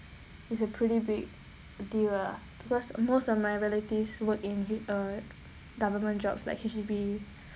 it's a pretty big deal ah because most of my relatives worked in a government jobs like H_D_B